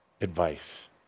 advice